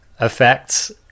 effects